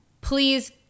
please